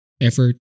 effort